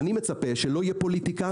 אני מצפה שלא תהיה פוליטיקה.